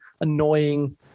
annoying